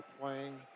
playing